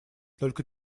только